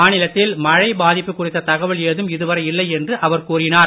மாநிலத்தில் மழை பாதிப்பு குறித்த தகவல் ஏதும் இதுவரை இல்லை என்று அவர் கூறினார்